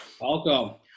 Welcome